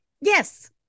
yes